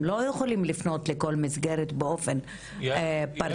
הם לא יכולים לפנות לכל מסגרת באופן פרטני.